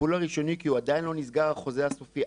הטיפול הראשוני הוא כי עדיין לא נסגר החוזה הסופי.